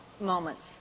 Moments